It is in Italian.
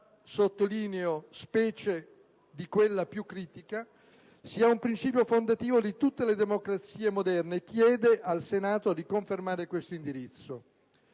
stampa, specie di quella più critica, sia un principio fondativo di tutte le democrazie moderne e chiede al Senato di confermare questo indirizzo.